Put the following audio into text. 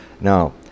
Now